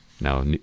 now